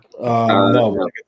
No